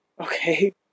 Okay